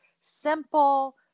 simple